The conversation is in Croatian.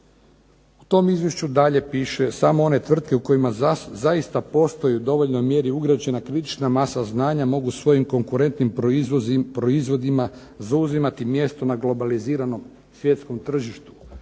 U tom izvješću dalje piše "Samo one tvrtke u kojima zaista postoje u dovoljnoj mjeri ugrađena kritična masa znanja, mogu svojom konkurentnim proizvodima zauzimati mjesto na globaliziranom svjetskom tržištu".